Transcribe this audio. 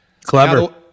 Clever